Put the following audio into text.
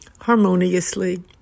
harmoniously